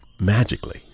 magically